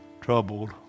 troubled